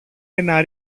ένα